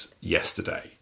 yesterday